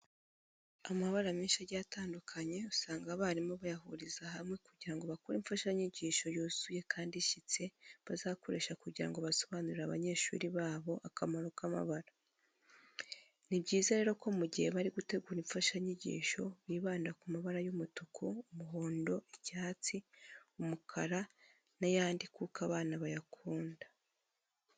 Amabara menshi agiye atandukanye usanga abarimu bayahuriza hamwe kugira ngo bakore imfashanyigisho yuzuye kandi ishyitse bazakoresha kugira ngo basobanurire abanyeshuri babo akamaro k'amabara. Ni byiza rero ko mu gihe bari gutegura imfashanyigisho bibanda ku mabara y'umutuku, umuhondo, icyatsi, umukara n'ayandi kuko abana bayakunda.